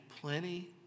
plenty